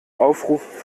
aufruf